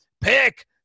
Pick